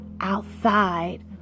outside